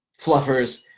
fluffers